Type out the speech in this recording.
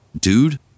dude